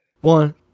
One